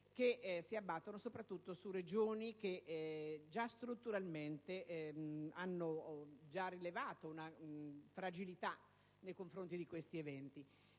che si abbattono soprattutto su Regioni che, ripeto, già strutturalmente hanno rivelato una fragilità nei confronti di questi eventi.